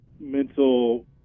mental